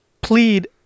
Plead